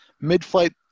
Mid-flight